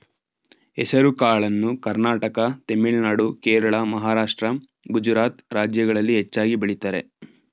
ಹೆಸರುಕಾಳನ್ನು ಕರ್ನಾಟಕ ತಮಿಳುನಾಡು, ಕೇರಳ, ಮಹಾರಾಷ್ಟ್ರ, ಗುಜರಾತ್ ರಾಜ್ಯಗಳಲ್ಲಿ ಹೆಚ್ಚಾಗಿ ಬೆಳಿತರೆ